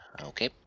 Okay